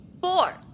Four